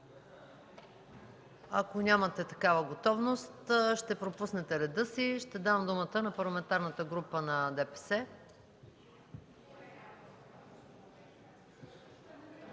Ако нямате такава готовност, ще пропуснете реда си, ще дам думата на Парламентарната група на ДПС.